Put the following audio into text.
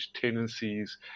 tendencies